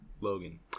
Logan